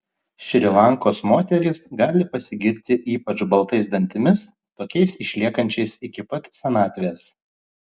šri lankos moterys gali pasigirti ypač baltais dantimis tokiais išliekančiais iki pat senatvės